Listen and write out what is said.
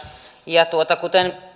ja kuten